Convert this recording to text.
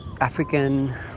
african